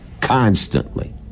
constantly